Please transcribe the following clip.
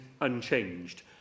unchanged